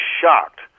shocked